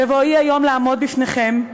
בבואי היום לעמוד בפניכם,